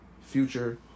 Future